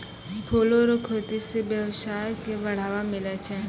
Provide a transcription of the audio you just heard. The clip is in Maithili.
फूलो रो खेती से वेवसाय के बढ़ाबा मिलै छै